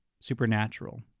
Supernatural